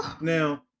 Now